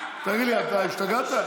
אתה השתגעת?